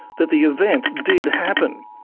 that the event did happened.